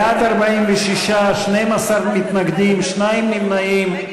בעד, 46, 12 מתנגדים, שני נמנעים.